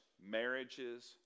marriages